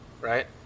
right